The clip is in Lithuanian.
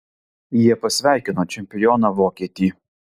jie pasveikino čempioną vokietį